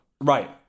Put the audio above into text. Right